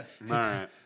right